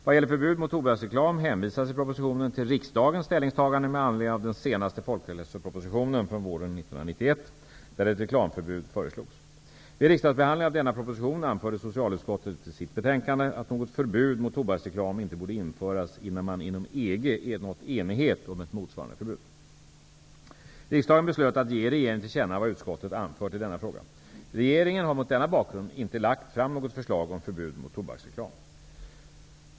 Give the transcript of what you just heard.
Vad gäller förbud mot tobaksreklam hänvisas i propositionen till riksdagens ställningstagande med anledning av den senaste folkhälsopropositionen att något förbud mot tobaksreklam inte borde införas innan man inom EG nått enighet om ett motsvarande förbud. Riksdagen beslöt att ge regeringen till känna vad utskottet anfört i denna fråga. Regeringen har mot denna bakgrund inte lagt fram något förslag om förbud mot tobaksreklam.